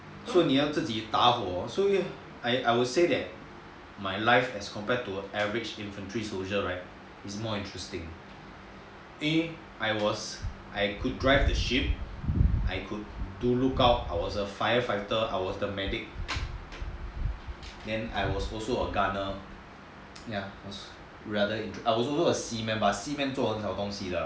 so 你要自己打火 I would say that my life as compared to average infantry life is more interesting cause I could drive the ship I could do lookout I was a firefighter I was a medic then I was also a gunner ya I was also a seaman but seaman 做很少东西 lah